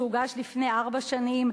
שהוגש לפני ארבע שנים,